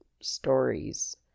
stories